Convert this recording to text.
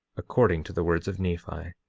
according to the words of nephi.